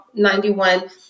91